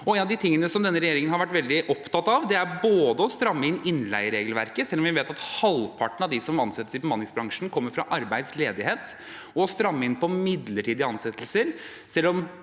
Noe av det som denne regjeringen har vært veldig opptatt av, er både å stramme inn innleieregelverket, selv om vi vet at halvparten av dem som ansettes i bemanningsbransjen, kommer fra arbeidsledighet, og å stramme inn på midlertidige ansettelser, selv om